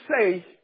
say